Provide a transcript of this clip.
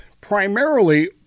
primarily